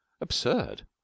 absurd